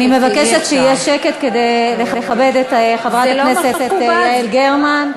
אני מבקשת שיהיה שקט כדי לכבד את חברת הכנסת יעל גרמן.